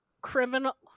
Criminal